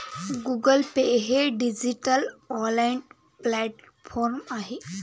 Google Pay हे digital wallet platform आहे